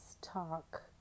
talk